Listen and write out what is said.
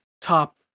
top